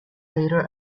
later